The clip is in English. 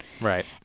Right